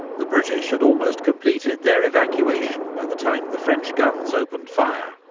the british had almost completed their evacuation by the time the french guns opened fire.